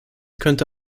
könnte